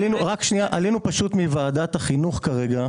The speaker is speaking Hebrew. עלינו מוועדת החינוך כרגע.